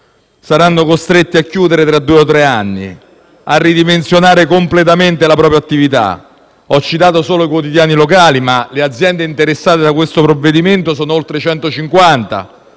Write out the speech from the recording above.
saranno costretti a chiudere tra due o tre anni, a ridimensionare completamente la propria attività. Ho citato solo i quotidiani locali, ma le aziende interessate da questo provvedimento sono oltre 150,